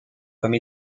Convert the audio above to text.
comme